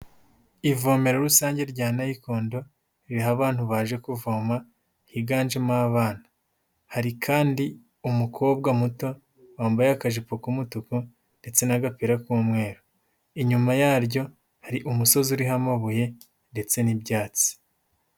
Ivomera rusange rya nayikondo ririho abantu baje kuvoma, higanjemo abana. Hari kandi umukobwa muto wambaye akajipo k'umutuku ndetse n'agapira k'umweru. Inyuma yaryo hari umusozi uriho amabuye ndetse n'ibyatsi.